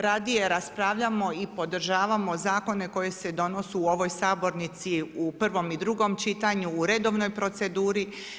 Radije raspravljamo i podržavamo zakone koji se donosu u ovoj sabornici u prvom i drugom čitanju u redovnoj proceduri.